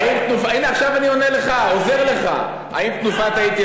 האם, מה?